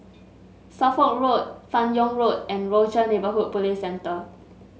Suffolk Road Fan Yoong Road and Rochor Neighborhood Police Centre